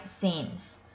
scenes